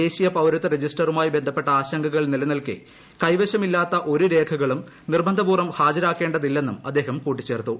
ദേശീയ പൌരത്വ രജിസ്റ്ററുമായി ബന്ധപ്പെട്ട ആശങ്കകൾ നിലനിൽക്കെ കൈവശമില്ലാത്ത ഒരു രേഖകളും നിർബന്ധപൂർവ്വം ഹാജരാക്കേണ്ടതില്ലെന്നും അദ്ദേഹം കൂട്ടിച്ചേർത്തു